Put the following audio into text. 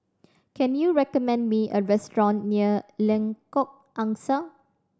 can you recommend me a restaurant near Lengkok Angsa